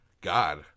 God